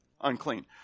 Unclean